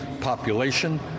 population